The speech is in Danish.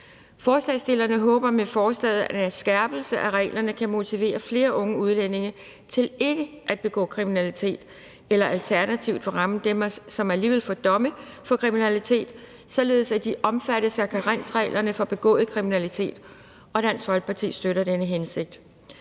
Forslagsstillerne håber med forslaget, at en skærpelse af reglerne kan motivere flere unge udlændinge til ikke at begå kriminalitet eller alternativt ramme dem, som alligevel får domme for kriminalitet, således at de omfattes af karensreglerne for begået kriminalitet, og Dansk Folkeparti støtter denne hensigt.